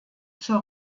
zur